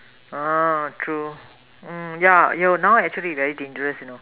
orh true mm yeah you now actually very dangerous you know